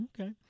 Okay